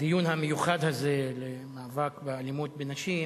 הדיון המיוחד הזה על מאבק באלימות נגד נשים,